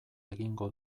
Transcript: egingo